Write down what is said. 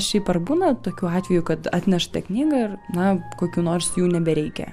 šiaip ar būna tokių atvejų kad atnešate knygą ir na kokių nors jų nebereikia